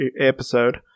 episode